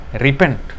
repent